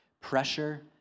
pressure